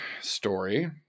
story